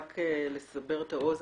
רק על מנת לסבר את האוזן,